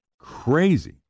crazy